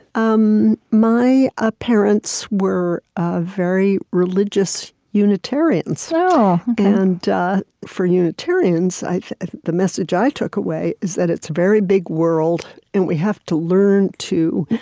um my ah parents were ah very religious unitarians. and so and for unitarians, the message i took away is that it's a very big world, and we have to learn to